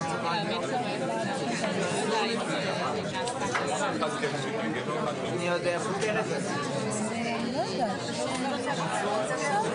אני פותח מחדש את הדיון לסדר היום,